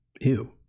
ew